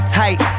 tight